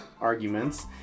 arguments